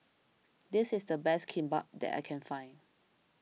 this is the best Kimbap that I can find